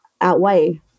outweigh